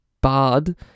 Bard